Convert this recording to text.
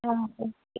ஆ okay